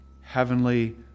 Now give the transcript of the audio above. heavenly